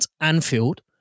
Anfield